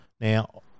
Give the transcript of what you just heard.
Now